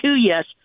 yes